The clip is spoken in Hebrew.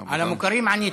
על המוכרים ענית.